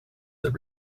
that